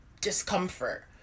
discomfort